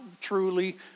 truly